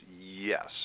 yes